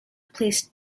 placed